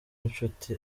inshuti